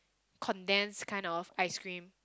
condensed kind of ice-cream